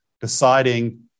deciding